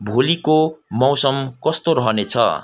भोलिको मौसम कस्तो रहनेछ